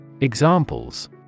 Examples